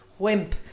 wimp